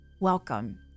Welcome